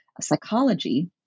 psychology